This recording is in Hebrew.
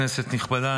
כנסת נכבדה,